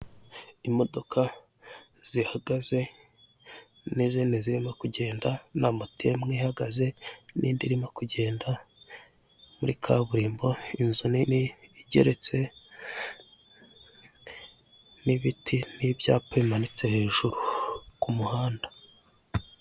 Imodoka zihagaze n'izindi zirimo kugenda, na moto imwe ihagaze n'indi irimo kugenda muri kaburimbo, inzu nini igeretse n'ibiti n'ibyapa bimanitse hejuru k'umuhanda.